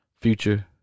future